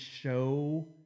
show